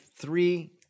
three